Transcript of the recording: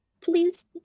please